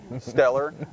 stellar